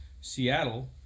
seattle